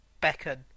beckon